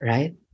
Right